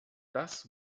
das